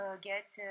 get